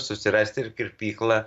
susirasti ir kirpyklą